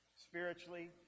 spiritually